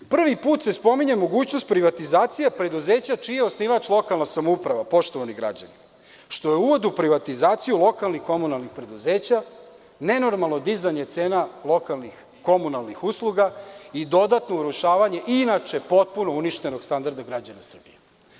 Prvi put se spominje mogućnost privatizacije preduzeća čiji je osnivač lokalna samouprava, poštovani građani, a što je uvod u privatizaciju lokalnih komunalnih preduzeća, nenormalno dizanje cena lokalnih komunalnih usluga i dodatno urušavanje i inače potpuno uništenog standarda građana Srbije.